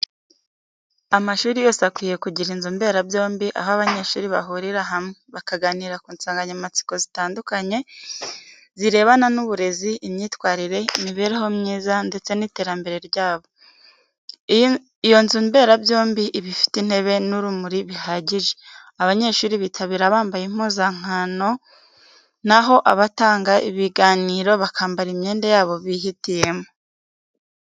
Amashuri yose akwiye kugira inzu mberabyombi, aho abanyeshuri bahurira hamwe, bakaganira ku nsanganyamatsiko zitandukanye zirebana n'uburezi, imyitwarire, imibereho myiza, ndetse n'iterambere ryabo. Iyo nzu mberabyombi iba ifite intebe n'urumuri bihagije. Abanyeshuri bitabira bambaye impuzankaho na ho abatanga ibiganiro bakambara imyenda yabo bihitiyemo.